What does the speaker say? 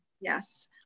Yes